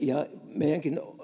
meidänkin